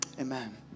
Amen